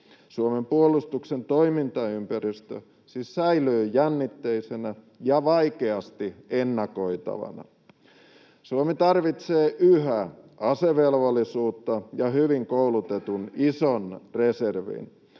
Suomen puolustuksen toimintaympäristö siis säilyy jännitteisenä ja vaikeasti ennakoitavana. Suomi tarvitsee yhä asevelvollisuutta ja hyvin koulutetun ison reservin.